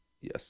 Yes